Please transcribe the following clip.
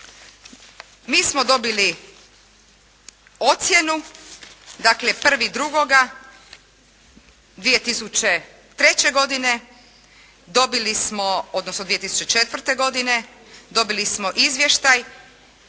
mi smo dobili ocjenu dakle 1.2.2003. godine dobili smo, odnosno 2004. godine dobili smo izvještaj